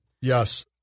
Yes